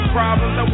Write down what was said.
problems